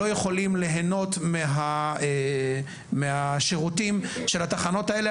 לא יכולים ליהנות מהשירותים של התחנות האלה,